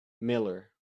miller